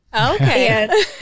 okay